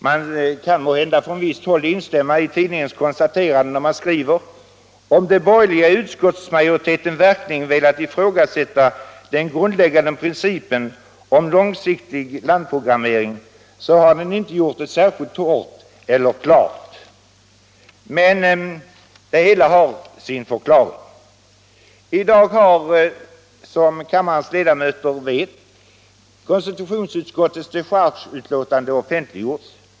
Man kan måhända från visst håll instämma i tidningens konstaterande, när den skriver: ”—-—-- om de borgerliga i utskottsmajoriteten verkligen velat ifrågasätta den grundläggande principen om långsiktig landprogramme ring, så har de inte gjort det särskilt hårt eller klart.” Det hela har emellertid sin förklaring. Som kammarens ledamöter vet har konstitutionsutskottets dechargebetänkande i dag offentliggjorts.